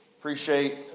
appreciate